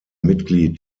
mitglied